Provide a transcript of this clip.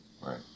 Right